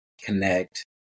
connect